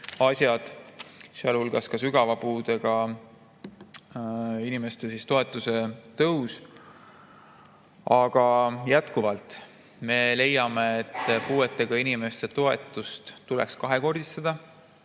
asjad, sealhulgas sügava puudega inimeste toetuse tõusu. Aga jätkuvalt me leiame, et puuetega inimeste toetust tuleks vähemalt kahekordistada.